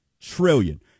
trillion